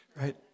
right